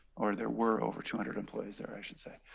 or there were over two hundred employees there i should say.